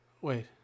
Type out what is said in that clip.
Wait